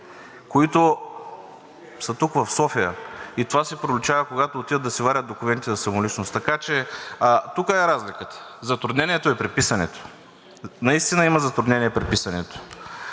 които са тук в София и това си проличава, когато отидат да си вадят документи за самоличност. Така че тук е разликата, затруднението е при писането, наистина има затруднение при писането.